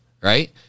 Right